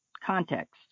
context